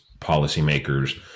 policymakers